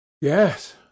Yes